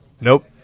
Nope